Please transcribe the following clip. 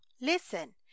Listen